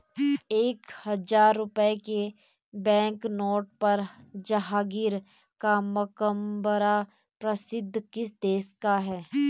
एक हजार रुपये के बैंकनोट पर जहांगीर का मकबरा प्रदर्शित किस देश का है?